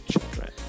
children